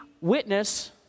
witness